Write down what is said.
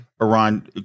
Iran